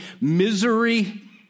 Misery